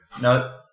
No